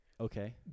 Okay